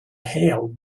hailed